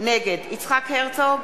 נגד יצחק הרצוג,